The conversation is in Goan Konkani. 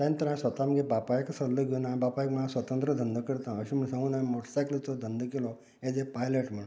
तेजे नंतर हांवें स्वतंत्र बापायगे सल्लो घेवन बापायक म्हळें हांव स्वतंत्र धंदो करता अशें म्हूण सांगून हांवें मोटरसायकलीचो धंदो केलो एज ए पायलट म्हूण